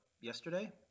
yesterday